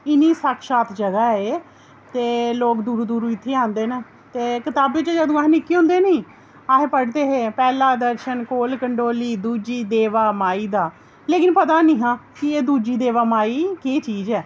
इन्नी साक्षात जगह ऐ एह् ते लोग दूर दूर दा इत्थें आंदे न ते कताबें च जदूं अस निक्के होंदे हे नी पढ़दे हे कि पैह्ला दर्शन कोल कंडोली दूजा दर्शन देवा माई दा लेकिन एह् पता निहा कि एह् दूजी देवा माई केह् जगह ऐ